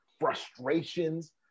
frustrations